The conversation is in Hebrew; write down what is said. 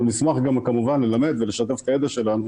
נשמח גם כמובן ללמד ולשתף את הידע שלנו